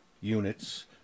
units